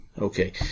okay